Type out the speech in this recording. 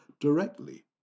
directly